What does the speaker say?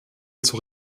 zur